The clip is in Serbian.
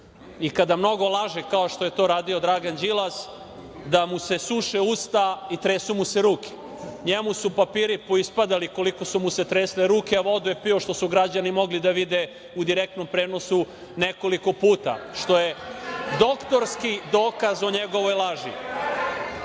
i kada mnogo laže, kao što je to radio Dragan Đilas, da mu se suša usta i tresu mu se ruke? Njemu su papiri poispadali koliko su mu se tresle ruke, a vodu je pio, što su građani mogli da vide u direktnom prenosu, nekoliko puta, što je doktorski dokaz o njegovoj laži. Kažu